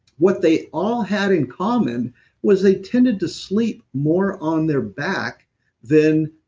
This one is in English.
what they all had in common was they tended to sleep more on their back than,